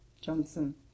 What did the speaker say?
Johnson